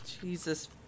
jesus